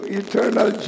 eternal